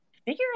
Figure